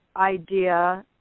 idea